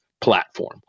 Platform